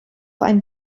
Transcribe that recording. einen